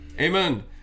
Amen